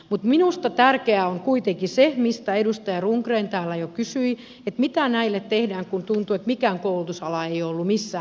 minusta tärkeää on kuitenkin se mistä edustaja rundgren täällä jo kysyi mitä näille tehdään kun tuntuu että mikään koulutusala ei ole ollut missään kehittämisen kohteena